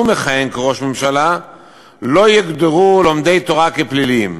מכהן כראש הממשלה לא יוגדרו לומדי תורה כפליליים.